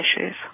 issues